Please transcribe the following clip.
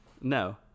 No